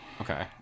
Okay